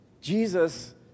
Jesus